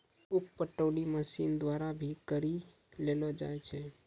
उप पटौनी मशीन द्वारा भी करी लेलो जाय छै